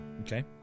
Okay